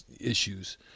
issues –